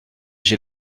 j’ai